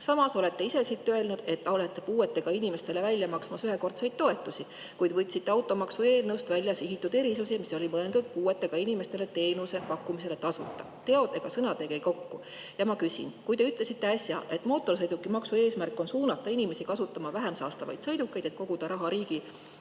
Samas olete ise siin öelnud, et olete puuetega inimestele välja maksmas ühekordseid toetusi, kuid võtsite automaksu eelnõust välja sihitud erisuse, mis oli mõeldud puuetega inimestele teenuse pakkumiseks tasuta. Teod ja sõnad ei käi kokku. Ja ma küsin. Kui te ütlesite äsja, et mootorsõidukimaksu eesmärk on suunata inimesi kasutama vähem saastavaid sõidukeid ja koguda raha riigi